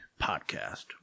podcast